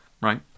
right